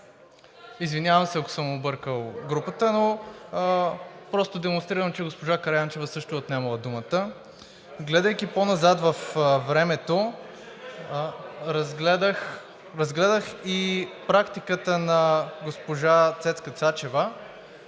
Извинявам се, ако съм объркал групата, просто демонстрирам, че госпожа Караянчева също е отнемала думата. Гледайки по-назад във времето, разгледах и практиката на госпожа Цецка Цачева.